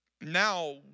Now